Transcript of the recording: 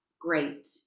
Great